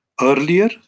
Earlier